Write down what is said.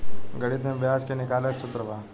गणित में ब्याज के निकाले के सूत्र बा